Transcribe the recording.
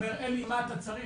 הוא אומר לי 'אלי מה אתה צריך',